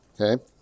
okay